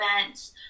events